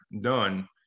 done